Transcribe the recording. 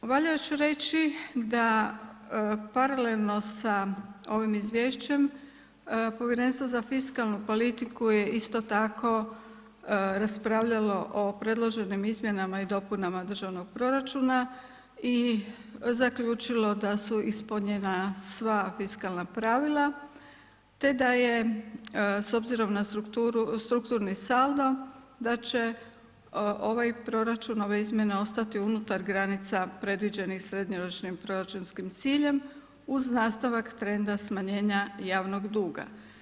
Valja još reći da paralelno sa ovim izvješćem Povjerenstvo za fiskalnu politiku je isto tako raspravljalo o predloženim izmjenama i dopunama državnog proračuna i zaključilo da su ispunjena sva fiskalna pravila te da je s obzirom na strukturni saldo da će ovaj proračun, ove izmjene ostati unutar granica predviđenih srednjoročnim proračunskim ciljem uz nastavak trenda smanjenja javnog duga.